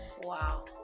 Wow